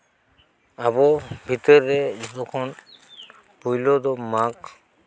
ᱟᱵᱚ ᱵᱷᱤᱛᱟᱹᱨ ᱨᱮ ᱡᱚᱛᱚ ᱠᱷᱚᱱ ᱯᱳᱭᱞᱚ ᱫᱚ ᱢᱟᱜᱽ